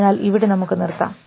അതിനാൽ ഇവിടെ നമുക്ക് നിർത്താം